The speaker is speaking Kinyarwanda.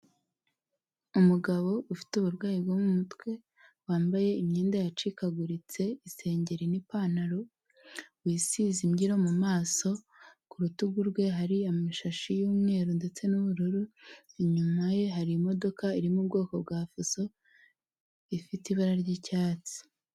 Umugabo ufite uburwayi bwo mu mutwe, wambaye imyenda yacikaguritse, isengeri n'ipantaro, wisize imbyiro mu maso, ku rutugu rwe hari amashashi y'umweru ndetse n'ubururu, inyuma ye hari imodoka iri mu bwoko bwa fuso, ifite ibara ry'icyatsi.